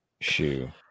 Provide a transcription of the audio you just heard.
shoe